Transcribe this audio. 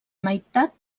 meitat